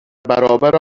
برابر